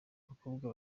abakobwa